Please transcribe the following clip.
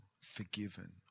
forgiven